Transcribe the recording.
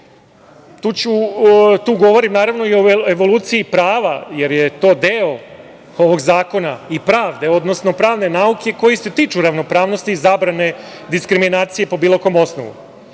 govorim naravno i o evoluciji prava, jer je to deo ovog zakona i pravne nauke koji se tiču ravnopravnosti i zabrane diskriminacije po bilo kom osnovu,